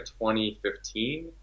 2015